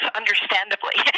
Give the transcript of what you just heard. understandably